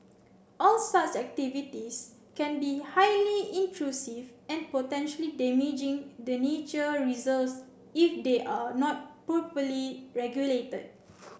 all such activities can be highly intrusive and potentially damaging to the nature reserves if they are not properly regulated